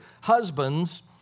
Husbands